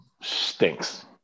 stinks